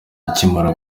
ikimara